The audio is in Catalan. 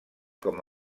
com